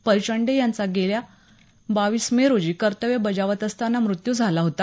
परचंडे यांचा गेल्या बावीस मे रोजी कर्तव्य बजावत असताना मृत्यु झाला होता